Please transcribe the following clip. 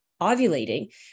ovulating